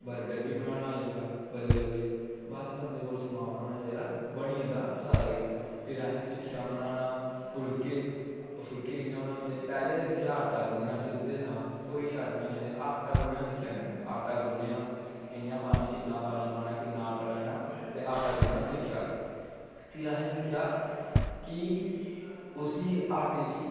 burger बी बनाना आइया बल्लें बल्लें बस बंदे कोल समान होना चाहिदा बनी जंदा सारा किश फिर असें सिक्खेआ बनाना फुल्के फुल्के कि'यां बनांदे पैह्लें ते सिक्खेआ आटा गुनना सिद्धे सनांऽ कोई शर्म निं ऐ एह्दे च आटा गुनना सिक्खेआ असें आटा गुननेआ कि'यां पानी कि'न्ना पानी पाना कि'न्ना आटा लैना ते आटा गुनना सिक्खेआ फिर असें सिक्खेआ कि उसी आटे दी